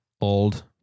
old